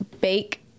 bake